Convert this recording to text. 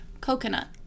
coconut